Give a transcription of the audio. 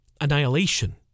annihilation